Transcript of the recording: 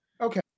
Okay